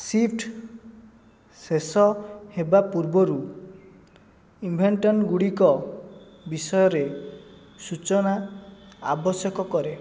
shift ଶେଷ ହେବା ପୂର୍ବରୁ ଇଭେଣ୍ଟଗୁଡ଼ିକ ବିଷୟରେ ସୂଚନା ଆବଶ୍ୟକ କରେ